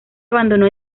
abandonó